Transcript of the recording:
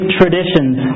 traditions